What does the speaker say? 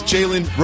Jalen